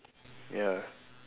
ya